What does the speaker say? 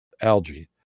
algae